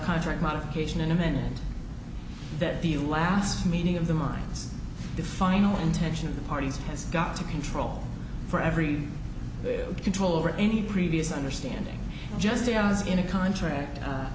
contract modification imminent that the last meeting of the minds the final intention of the parties has got to control for every control over any previous understanding just a oz in a contract